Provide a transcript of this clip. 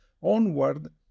onward